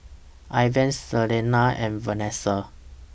Ivah Selena and Venessa